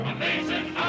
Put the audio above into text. Amazing